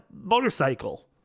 motorcycle